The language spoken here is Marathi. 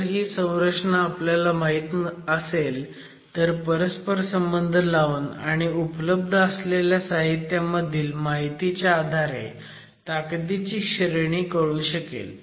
जर ही संरचना आपल्याला माहीत असेल तर परस्परसंबंध लावून आणि उपलब्ध असलेल्या साहित्यामधील माहितीच्या आधारे ताकदीची श्रेणी कळू शकेल